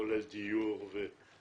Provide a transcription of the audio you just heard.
כולל דיור והחזקה.